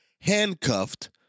handcuffed